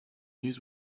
news